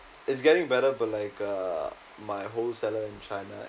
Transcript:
it's getting better but like uh my whole seller in china